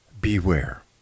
beware